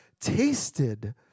tasted